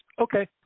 Okay